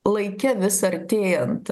laike vis artėjant